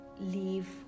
leave